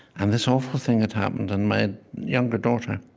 and this awful thing had happened. and my younger daughter,